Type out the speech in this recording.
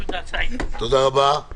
תודה רבה.